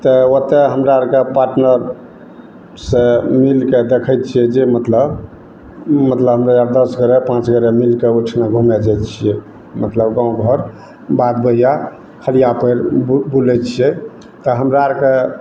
तऽ ओतऽ हमरा आरके पार्टनर से मिलके देखै छियै जे मतलब मतलब हमे आर दश गोरा पाॅंच गोरा मिल कऽ ओहिठिना घुमै जाइ छियै मतलब गाँव घर बाग बगिआ खलिआ पएर बुलै छियै तऽ हमरा आरके